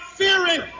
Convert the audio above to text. fearing